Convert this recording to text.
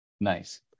Nice